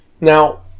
now